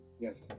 Yes